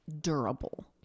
durable